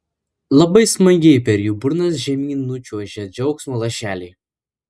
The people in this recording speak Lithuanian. labai smagiai per jų burnas žemyn nučiuožia džiaugsmo lašeliai